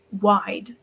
wide